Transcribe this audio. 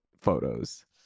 photos